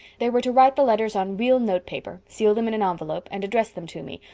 they were to write the letters on real note paper, seal them in an envelope, and address them to me,